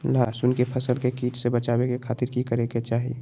लहसुन के फसल के कीट से बचावे खातिर की करे के चाही?